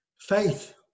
Faith